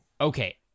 Okay